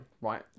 right